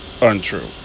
untrue